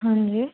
हाँ जी